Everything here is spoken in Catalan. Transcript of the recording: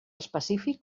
específic